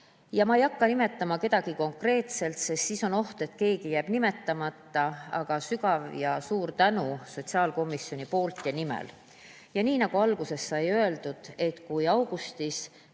Ma ei hakka nimetama kedagi konkreetselt, sest siis on oht, et keegi jääb nimetamata, aga sügav ja suur tänu sotsiaalkomisjoni poolt ja nimel! Ja nii nagu alguses sai öeldud, et kui augustis